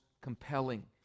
compelling